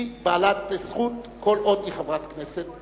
היא בעלת זכות כל עוד היא חברת כנסת.